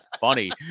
funny